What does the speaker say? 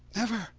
never,